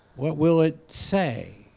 what will it say?